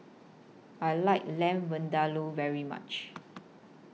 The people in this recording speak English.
I like Lamb Vindaloo very much